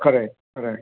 खरं आहे खरं आहे